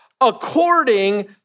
according